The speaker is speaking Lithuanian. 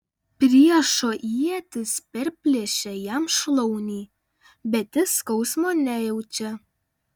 priešo ietis perplėšia jam šlaunį bet jis skausmo nejaučia